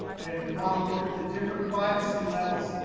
and if you want to look at the different privacy levels,